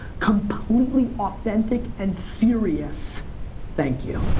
completely authentic and serious thank you.